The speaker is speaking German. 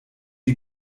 die